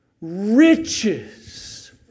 riches